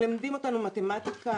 מלמדים אותנו מתמטיקה,